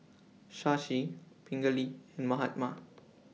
Shashi Pingali and Mahatma